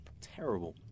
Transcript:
terrible